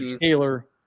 Taylor –